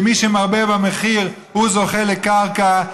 שמי שמרבה במחיר זוכה בקרקע,